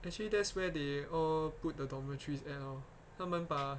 actually that's where they all put the dormitories at lor 他们把